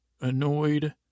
annoyed